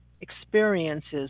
experiences